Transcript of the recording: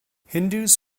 hindus